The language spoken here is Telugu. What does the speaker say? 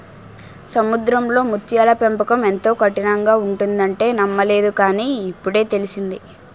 సముద్రంలో ముత్యాల పెంపకం ఎంతో కఠినంగా ఉంటుందంటే నమ్మలేదు కాని, ఇప్పుడే తెలిసింది